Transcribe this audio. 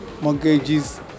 mortgages